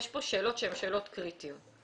יש פה שאלות שהן שאלות קריטיות.